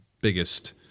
biggest